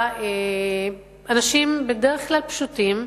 שאנשים, בדרך כלל פשוטים,